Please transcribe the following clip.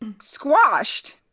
squashed